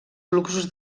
fluxos